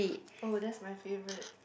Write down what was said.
oh that's my favourite